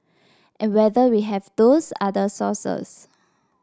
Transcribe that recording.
and whether we have those other sources